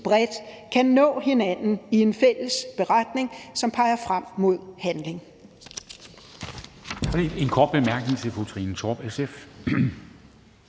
kan nå hinanden i en fælles beretning, som peger frem mod handling.